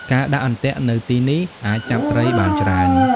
ការដាក់អន្ទាក់នៅទីនេះអាចចាប់ត្រីបានច្រើន។